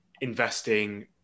investing